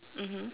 mmhmm